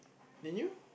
then you